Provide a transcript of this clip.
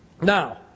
Now